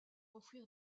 offrir